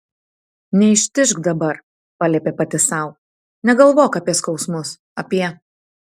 neištižk dabar paliepė pati sau negalvok apie skausmus apie